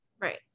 Right